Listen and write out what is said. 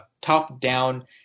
top-down